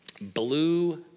Blue